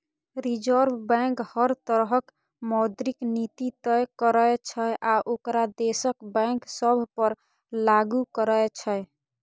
reserve bank हर तरहक मौद्रिक नीति तय करै छै आ ओकरा देशक बैंक सभ पर लागू करै छै